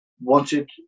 wanted